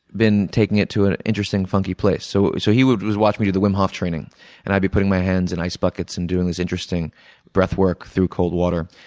been taking it to an interesting, funky place. so so he was watching me do the wim hof training and i'd be putting my hands in ice buckets and doing this interesting breath work through cold water.